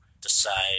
decide